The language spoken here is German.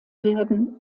werden